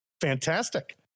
Fantastic